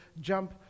jump